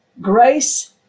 Grace